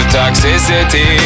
toxicity